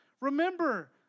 Remember